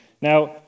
Now